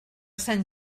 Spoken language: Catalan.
sant